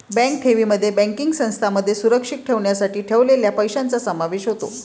bank ठेवींमध्ये banking संस्थांमध्ये सुरक्षित ठेवण्यासाठी ठेवलेल्या पैशांचा समावेश होतो